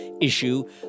issue